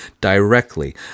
directly